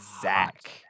Zach